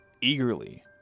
eagerly